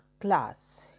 class